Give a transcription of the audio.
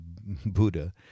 Buddha